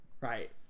right